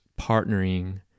partnering